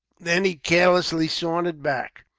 then he carelessly sauntered back.